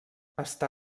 està